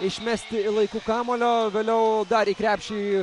išmesti laiku kamuolio vėliau dar į krepšį